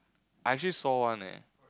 I actually saw one eh